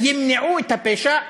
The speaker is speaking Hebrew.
שימנעו את הפשע,